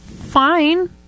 fine